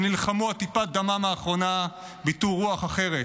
שנלחמו עד טיפת דמם האחרונה, ביטאו רוח אחרת,